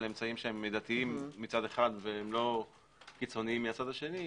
על אמצעים שהם מידתיים מצד אחד ולא קיצוניים מהצד השני,